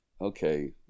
okay